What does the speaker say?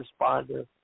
responder